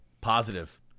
positive